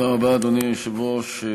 אדוני היושב-ראש,